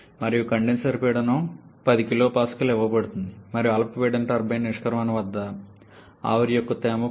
మరియు కండెన్సర్ పీడనం 10 kPaగా ఇవ్వబడుతుంది మరియు అల్ప పీడన టర్బైన్ నిష్క్రమణ వద్ద ఆవిరి యొక్క తేమ 10